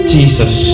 Jesus